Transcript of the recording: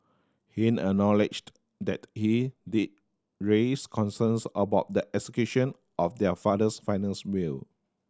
he acknowledged that he did raise concerns about the execution of their father's finals will